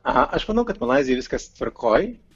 aha aš manau kad malaizijoj viskas tvarkoj